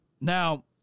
Now